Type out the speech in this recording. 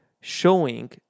showing